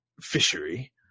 fishery